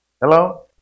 Hello